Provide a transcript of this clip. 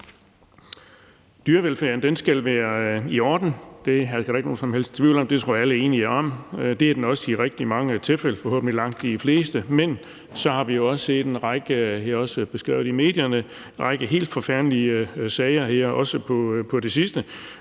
Dyrevelfærden skal være i orden. Det kan der ikke være nogen som helst tvivl om. Det tror jeg alle er enige om. Det er den også i rigtig mange tilfælde, forhåbentlig langt de fleste, men så har vi også set en række helt forfærdelige sager på det sidste.